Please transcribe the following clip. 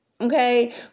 Okay